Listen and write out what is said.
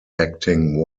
acting